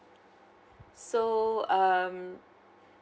so um